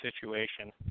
situation